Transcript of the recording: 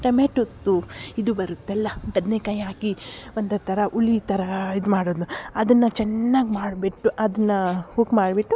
ಟಮೆಟೊದ್ದು ಇದು ಬರುತ್ತಲ್ಲ ಬದನೇಕಾಯಿ ಹಾಕಿ ಒಂದು ಥರ ಹುಳಿ ಥರ ಇದು ಮಾಡೋದು ಅದನ್ನು ಚೆನ್ನಾಗಿ ಮಾಡಿಬಿಟ್ಟು ಅದನ್ನು ಕುಕ್ ಮಾಡಿಬಿಟ್ಟು